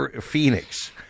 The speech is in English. Phoenix